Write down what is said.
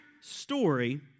story